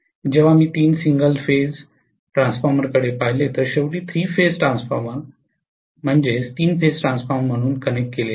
जेव्हा मी तीन सिंगल फेज ट्रान्सफॉर्मर्सकडे पाहिले तर शेवटी थ्री फेज ट्रान्सफॉर्मर म्हणून कनेक्ट केले